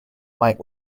mike